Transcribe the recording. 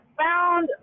found